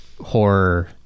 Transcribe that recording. horror